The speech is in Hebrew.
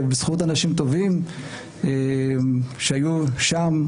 ובזכות אנשים טובים שהיו שם,